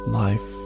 life